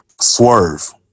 Swerve